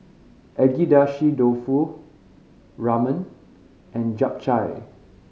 Agedashi Dofu Ramen and Japchae